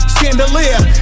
Chandelier